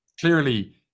clearly